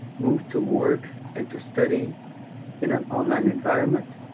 moved to work and to study in an online environment.